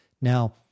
now